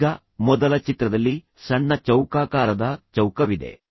ಈಗ ಮೊದಲ ಚಿತ್ರದಲ್ಲಿ ಸಣ್ಣ ಚೌಕಾಕಾರದ ಚೌಕವಿದೆ